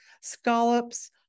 scallops